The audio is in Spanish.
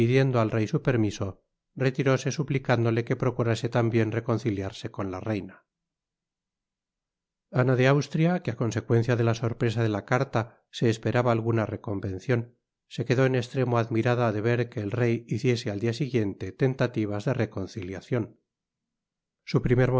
al rey su permiso retiróse suplicándole que procu rase tambien reconciliarse con la reina ana de austria que á consecuencia de la sorpresa de la carta se esperaba alguna reconvencion se quedó en estremo admirada de ver que el rey hiciese al dia siguiente tentativas de reconciliacion su primer